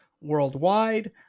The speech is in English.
worldwide